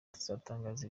tuzatangaza